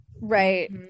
right